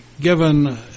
given